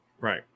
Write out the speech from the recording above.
Right